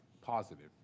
positive